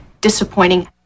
disappointing